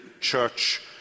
Church